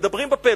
מדברים בפה,